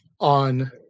on